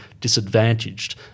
disadvantaged